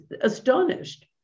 astonished